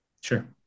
Sure